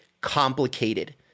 complicated